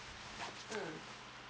mm